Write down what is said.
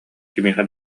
кимиэхэ